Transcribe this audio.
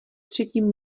třetím